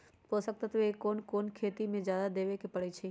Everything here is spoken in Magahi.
पोषक तत्व क कौन कौन खेती म जादा देवे क परईछी?